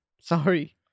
Sorry